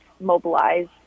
mobilize